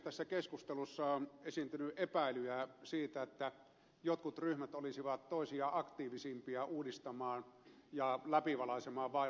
tässä keskustelussa on esiintynyt epäilyjä siitä että jotkut ryhmät olisivat toisia aktiivisempia uudistamaan ja läpivalaisemaan vaalilainsäädäntöä